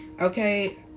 okay